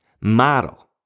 Model